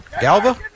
Galva